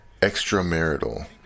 extramarital